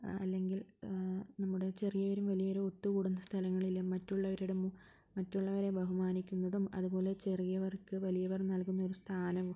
അല്ലെങ്കിൽ നമ്മുടെ ചെറിയവരും വലിയവരും ഒത്തുകൂടുന്ന സ്ഥലങ്ങളിൽ മറ്റുള്ളവരുടെ മറ്റുള്ളവരെ ബഹുമാനിക്കുന്നതും അതുപ്പോലെ ചെറിയവർക്ക് വലിയവർ നൽകുന്ന ഒരു സ്ഥാനവും